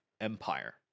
Empire